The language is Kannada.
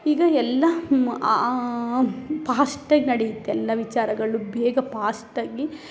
ಈಗ ಎಲ್ಲ ಮೊ ಫಾಸ್ಟಾಗಿ ನಡಿಯುತ್ತೆಲ್ಲ ವಿಚಾರಗಳು ಬೇಗ ಫಾಸ್ಟಾಗಿ